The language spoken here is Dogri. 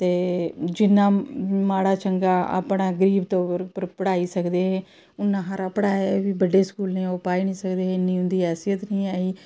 ते जि'नें माड़ा चंगा अपना गरीब तौर उप्पर पढ़ाई सकदे हे उ'नें सारा पढ़ाया बी बड्डे स्कूलें च ओह् पाई निं सकदे हे इन्नी उं'दी ऐहसियत निं ही